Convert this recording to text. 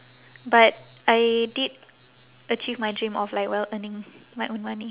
but I did achieve my dream of like well earning my own money